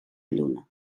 lluna